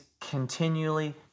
continually